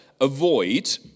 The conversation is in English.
avoid